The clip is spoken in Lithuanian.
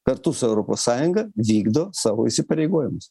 kartu su europos sąjunga vykdo savo įsipareigojimus